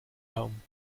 home